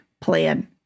plan